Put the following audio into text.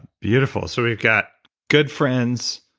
beautiful, so we've got good friends,